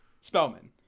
Spellman